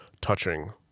touching